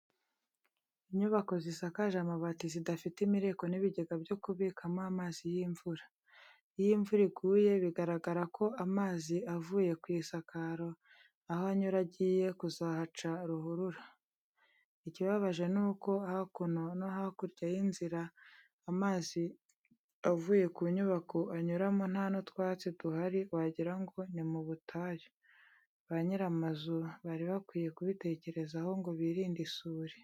Inyubako zisakaje amabati zidafite imireko n'ibigega byo kubikamo amazi y'imvura. Iyo imvura iguye biragaragara ko amazi avuye ku isakaro aho anyura agiye kuzahaca ruhurura. Ikibabaje ni uko hakuno no hakurya y'inzira amazi avuye ku nyubako anyuramo nta n'utwatsi duhari wagira ngo ni mu butayu. Ba nyiri amazu bari bakwiye kubitekerezaho ngo birinde isuri.